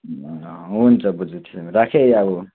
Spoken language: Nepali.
हुन्छ बोजू त्यसो भए राखेँ है अब